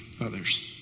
others